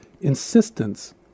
insistence